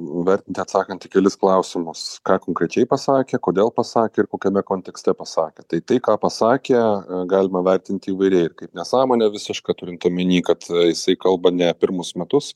vertinti atsakant į kelis klausimus ką konkrečiai pasakė kodėl pasakė ir kokiame kontekste pasakė tai tai ką pasakė galima vertinti įvairiai kaip nesąmonę visišką turint omeny kad jisai kalba ne pirmus metus